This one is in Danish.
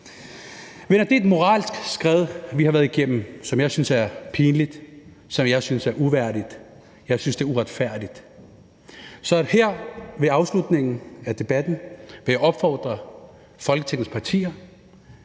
det er et moralsk skred, vi har været igennem, som jeg synes er pinligt, og som jeg synes er uværdigt. Jeg synes, det er uretfærdigt. Så her ved afslutningen af debatten vil jeg opfordre Folketingets partier,